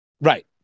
Right